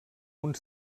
uns